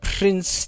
Prince